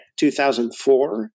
2004